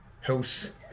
House